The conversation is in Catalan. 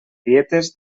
dietes